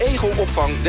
Egelopvang